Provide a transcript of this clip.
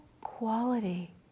quality